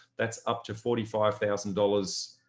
that's up to forty five thousand dollars.